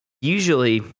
Usually